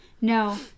No